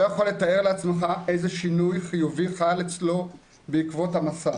יכול לתאר לעצמך איזה שינוי חיובי חל אצלו בעקבות המסע.